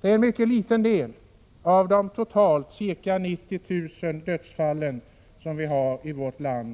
Det är en mycket liten del av de totalt ca 90 000 dödsfallen per år i vårt land.